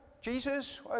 Jesus